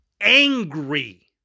angry